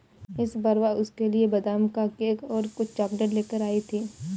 इस बार वह उसके लिए बादाम का केक और कुछ चॉकलेट लेकर आई थी